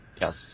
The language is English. Yes